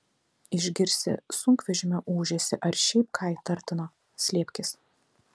išgirsi sunkvežimio ūžesį ar šiaip ką įtartino slėpkis